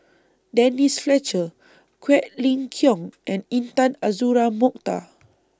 Denise Fletcher Quek Ling Kiong and Intan Azura Mokhtar